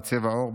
בצבע עור,